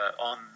on